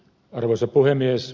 arvoisa puhemies